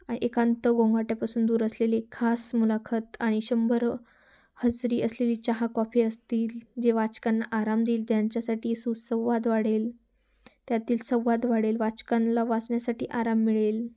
आणि एकांत गोंगाटापासून दूर असलेले एक खास मुलाखत आणि शंभर हजेरी असलेली चहा कॉफी असतील जे वाचकांना आराम देईल त्यांच्यासाठी सुसंवाद वाढेल त्यातील संवाद वाढेल वाचकांला वाचण्यासाठी आराम मिळेल